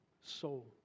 soul